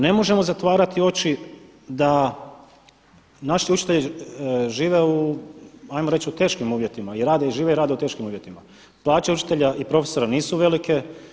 Ne možemo zatvarati oči da naši učitelji žive ajmo reći u teškim uvjetima i rade i žive u teškim uvjetima, plaće učitelja i profesora nisu velike.